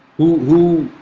who who